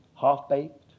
half-baked